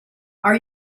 are